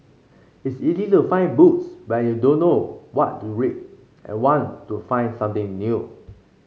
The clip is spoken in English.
it's easy to find books when you don't know what to read and want to find something new